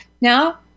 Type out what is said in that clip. Now